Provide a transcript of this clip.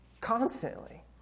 Constantly